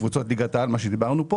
קבוצות ליגת העל מה שדיברנו פה